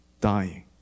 dying